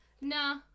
Nah